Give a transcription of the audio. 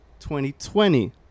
2020